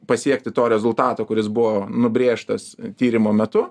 pasiekti to rezultato kuris buvo nubrėžtas tyrimo metu